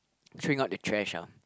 throwing out the trash ah